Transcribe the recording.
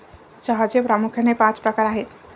चहाचे प्रामुख्याने पाच प्रकार आहेत